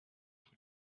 for